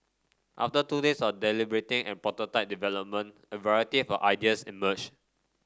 after two days of deliberating and prototype development a variety of ideas emerged